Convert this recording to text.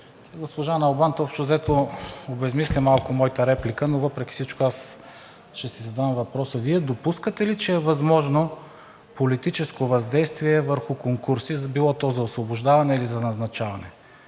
госпожа Налбант общо взето обезсмисля малко моята реплика, но въпреки всичко аз ще си задам въпроса. Вие допускате ли, че е възможно политическо въздействие върху конкурси, било то за освобождаване или за назначаване?